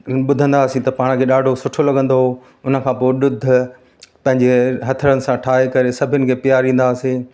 ॿुधंदा हुआसीं त पाण खे ॾाढो सुठो लॻंदो हुओ उन खां पोइ ॾुधु पंहिंजे हथनि सां ठाहे करे सभिनि खे पीआरींदा हुआसीं